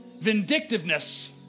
vindictiveness